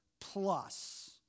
plus